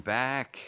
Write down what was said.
back